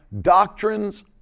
doctrines